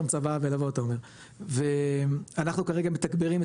צוואה ותבוא אתה אומר - אנחנו כרגע מתגברים את